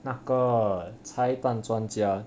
那个拆弹专家